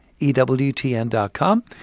ewtn.com